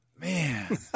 Man